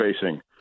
facing